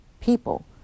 people